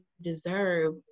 deserve